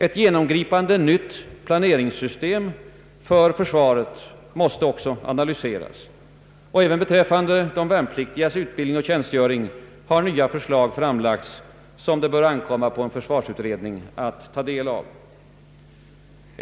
Ett genomgripande nytt planeringssystem för försvaret måste analyseras. Även beträffande de värnpliktigas utbildning och tjänstgöring har nya förslag redovisats, som det bör ankomma på en försvarsutredning att beakta.